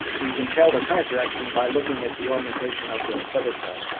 we can tell the current direction by looking at the orientation of the feather stars.